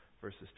verses